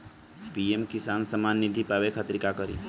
PM Kisan Samman Nidhi पावे खातिर का करी?